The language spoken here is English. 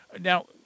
Now